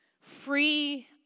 free